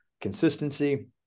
Consistency